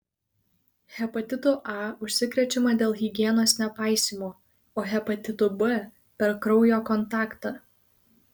hepatitu a užsikrečiama dėl higienos nepaisymo o hepatitu b per kraujo kontaktą